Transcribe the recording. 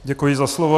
Děkuji za slovo.